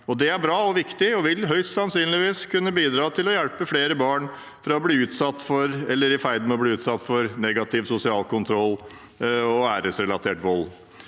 Det er bra og viktig og vil høyst sannsynlig kunne bidra til å hjelpe flere barn som er i ferd med å bli utsatt for negativ sosial kontroll og æresrelatert vold,